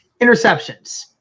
Interceptions